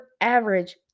average